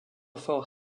fort